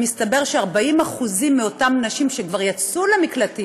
מסתבר ש-40% מאותן נשים שכבר יצאו למקלטים